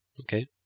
okay